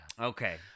Okay